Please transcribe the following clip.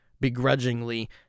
Begrudgingly